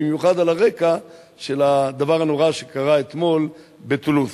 במיוחד על הרקע של הדבר הנורא שקרה אתמול בטולוז.